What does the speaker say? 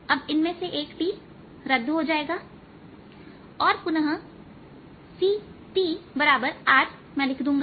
अब इनमें से एक t रद्द हो जाएगा और पुनः c tr लिख दूंगा